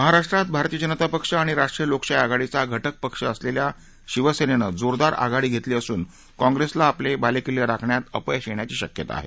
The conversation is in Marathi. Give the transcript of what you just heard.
महाराष्ट्रात भारतीय जनता पक्ष आणि राष्ट्रीय लोकशाही आघाडीचा घटक पक्ष शिवसेना यांनी जोरदार आघाडी धेतली असून काँप्रेसला आपले बालेकिल्ले राखण्यात अपयश येण्याची शक्यता आहे